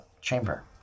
chamber